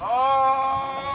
oh